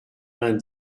vingt